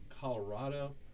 Colorado